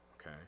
Okay